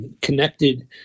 connected